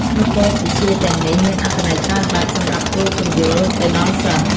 ក្នុងមុខវិជ្ជាទាំងនេះ មានអត្ថន័យច្រើនបែបសម្រាប់គ្រូពន្យល់ទៅដល់សិស្ស។